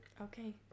Okay